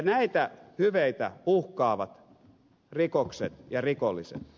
näitä hyveitä uhkaavat rikokset ja rikolliset